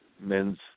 men's